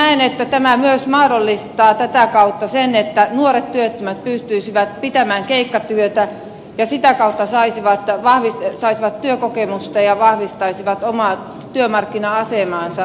näen että tämä myös mahdollistaa tätä kautta sen että nuoret työttömät pystyisivät tekemään keikkatyötä ja sitä kautta saisivat työkokemusta ja vahvistaisivat omaa työmarkkina asemaansa työkentillä